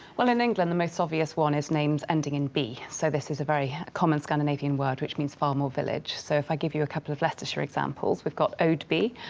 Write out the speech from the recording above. well in england the most obvious one is names ending in by so this is a very common scandinavian word which means farm or village so if i give you a couple of leicestershire examples we've got oadby,